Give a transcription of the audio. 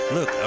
Look